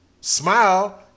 smile